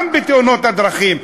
גם בתאונות הדרכים,